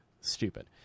Stupid